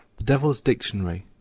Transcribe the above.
devil's dictionary,